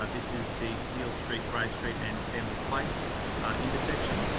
ah this is the peel street, grey street and stanley place intersection,